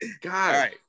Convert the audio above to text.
god